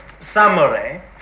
summary